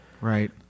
Right